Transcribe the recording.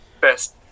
best